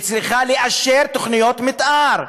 צריכה לאשר תוכניות מתאר,